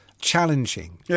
challenging